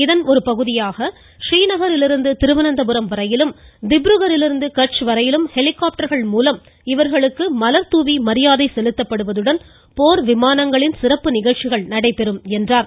இதன் ஒருபகுதியாக ஸ்ரீநகரிலிருந்து திருவனந்தபுரம் வரையிலும் திப்புருகரிலிந்து கட்ச் வரையிலும் ஹெலிகாப்டர்கள் மூலம் இவர்களுக்கு மலர் தூவி மரியாதை செலுத்தப்படுவதுடன் போர் விமானங்களின் சிறப்பு நிகழ்ச்சிகள் நடைபெறும் என்றார்